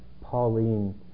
Pauline